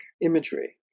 imagery